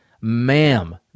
ma'am